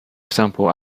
example